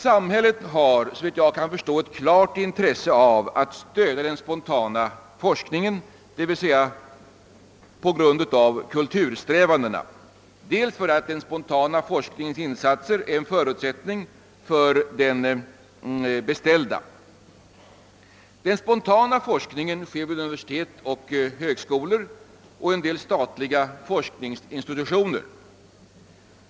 Samhället har, såvitt jag kan förstå, på grund av sina kultursträvanden ett klart intresse av att stödja den spontana forskningen, bl.a. därför att spontana forskningsinsatser är en förutsättning för den beställda forskningen. Den spontana forskningen sker vid universitet och högskolor och vid en del statliga forskningsinstitutioner.